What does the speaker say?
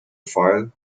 file